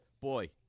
boy